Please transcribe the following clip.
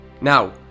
Now